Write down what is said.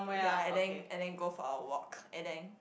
ya and then and then go for a walk and then